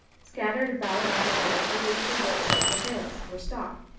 scattered about on the level are loosely-built sheds of rails, for stock,